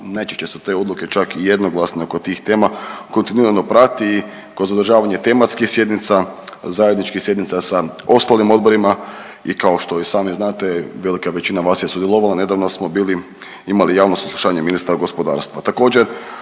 najčešće su te odluke čak i jednoglasne oko tih tema kontinuirano prati i kroz održavanje tematskih sjednica, zajedničkih sjednica sa ostalim odborima. I kao što i sami znate velika većina vas je sudjelovala. Nedavno smo bili, imali javno saslušanje ministra gospodarstva.